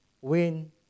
win